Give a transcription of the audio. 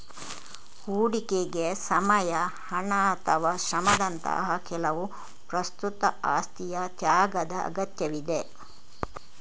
ಹೂಡಿಕೆಗೆ ಸಮಯ, ಹಣ ಅಥವಾ ಶ್ರಮದಂತಹ ಕೆಲವು ಪ್ರಸ್ತುತ ಆಸ್ತಿಯ ತ್ಯಾಗದ ಅಗತ್ಯವಿದೆ